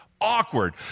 awkward